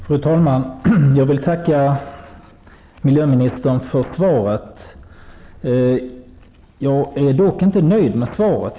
Fru talman! Jag vill tacka miljöministern för svaret. Jag är dock inte nöjd med det.